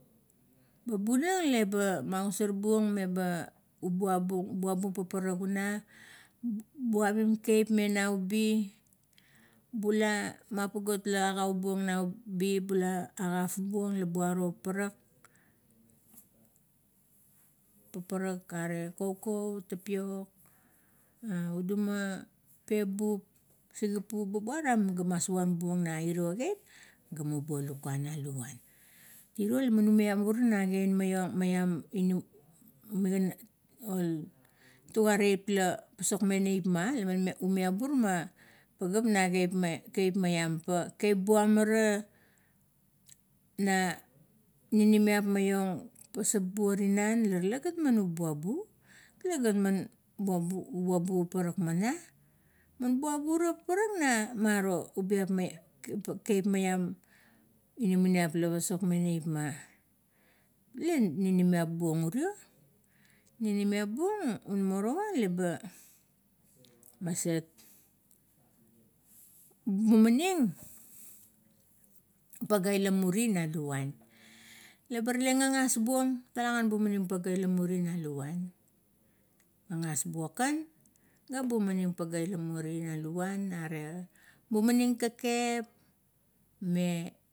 Ba punang leba magosar bung, me ba buabung paparak una, bavim kiap me nau ubi, bula mapa gulot la pula agau buong nau ubi, bula agof buong la buaro paparak. Paparak ara kaukau, tapiok aduma, pepup, sigapup ba buram ga masuvar buong, na miro kiap ga muvo lukuan, luvan. Tiro lama uma i bura, na kain maing maiong migana, ol tuga taip mila pasokmeng neipma. Laman u miavur na kiap maiap pa kaip buam ara, na ninimiap maiong pasap buo tinan, la rale gat man ubabu tala gat man buabu paparak maiong. Man buabura paparak na maro ubiap, kaip maiam la pasokmeng neipma, legan ninimiap buong urio, ninimiap buong un morowa leba maset bumaning, pagea ita muri na luvan. Leba rale gagas buong, talagan bumanim pagea ila muri na luvan gagas buong kan, ga bumaning pagea ila muri na luvuan, are bumaning kekep me.